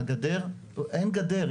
והגדר, אין גדר.